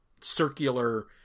circular